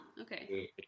okay